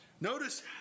Notice